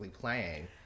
playing